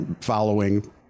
following